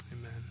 Amen